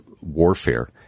warfare